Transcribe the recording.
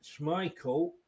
Schmeichel